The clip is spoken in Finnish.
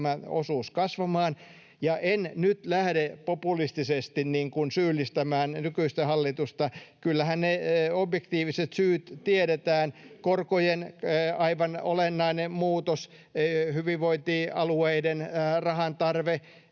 osuus kasvamaan. En nyt lähde populistisesti syyllistämään nykyistä hallitusta, sillä kyllähän ne objektiiviset syyt tiedetään: korkojen aivan olennainen muutos, hyvinvointialueiden rahantarve,